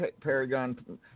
Paragon